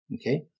okay